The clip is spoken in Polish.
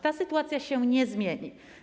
Ta sytuacja się nie zmieni.